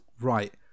right